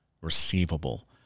receivable